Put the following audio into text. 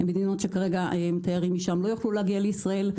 הן מדינות שכרגע התיירים משם לא יוכלו להגיע לישראל.